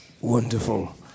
Wonderful